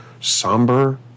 somber